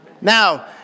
Now